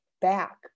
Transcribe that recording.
back